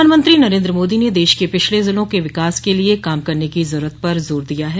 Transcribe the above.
प्रधानमंत्री नरेंद्र मोदी ने देश के पिछड़े जिलों के विकास के लिये काम करने की जरूरत पर जोर दिया है